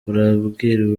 urambwira